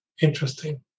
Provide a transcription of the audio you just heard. interesting